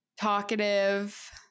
Talkative